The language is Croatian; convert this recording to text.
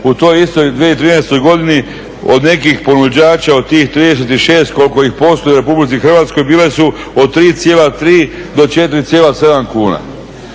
u toj istoj 2013.godini od nekih ponuđača od tih 36 koliko ih postoji u RH bile su od 3,3 do 4,7 kuna